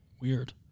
Weird